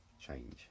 change